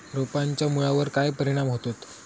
रोपांच्या मुळावर काय परिणाम होतत?